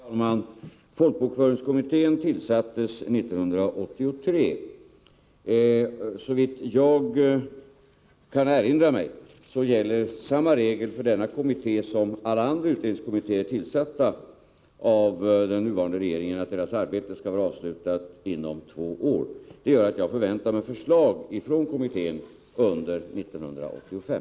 Herr talman! Folkbokföringskommittén tillsattes 1983. Såvitt jag kan erinra mig gäller samma regel för denna kommitté som för alla andra utredningskommittéer, tillsatta av den nuvarande regeringen, nämligen att deras arbete skall vara avslutat inom två år. Det gör att jag förväntar mig förslag från folkbokföringskommittén under 1985.